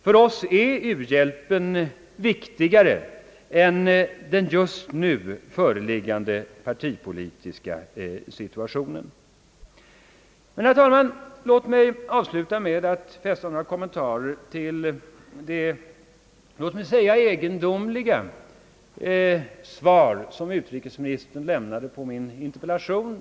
För oss är u-hjälpen viktigare än den just nu föreliggande partipolitiska situationen. Låt mig emellertid, herr talman, avsluta mitt anförande med att göra några kommentarer med anledning av det, låt mig säga, egendomliga svar, som utrikesministern lämnade på min interpellation.